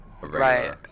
Right